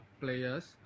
players